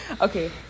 Okay